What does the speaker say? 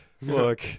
Look